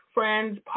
Friends